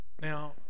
Now